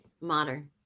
Modern